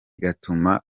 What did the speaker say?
igatuma